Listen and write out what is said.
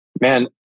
Man